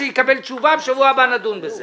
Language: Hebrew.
כשיקבל תשובה, בשבוע הבא נדון בזה.